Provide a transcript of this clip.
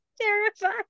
terrified